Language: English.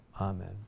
Amen